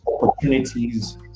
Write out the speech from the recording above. opportunities